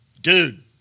Dude